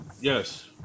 Yes